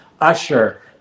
Usher